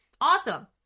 Awesome